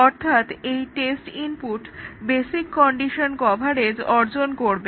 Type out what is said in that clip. অর্থাৎ এই test input basic condition coverage অর্জন করবে